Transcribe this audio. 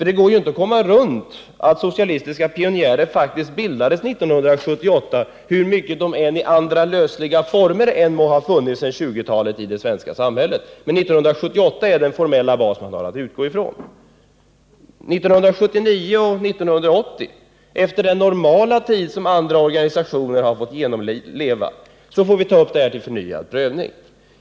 Det går ju inte att komma runt det faktum att Sveriges socialistiska pionjärer faktiskt bildades 1978; hur mycket de i andra lösliga former än må ha funnits sedan 1920-talet i det svenska samhället, är år 1978 den formella bas man har att utgå från. Efter 1979 och 1980 — dvs. efter den normala tid som andra organisationer har fått genomleva innan de erhållit bidrag — får vi ta upp den frågan till förnyad prövning.